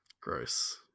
Gross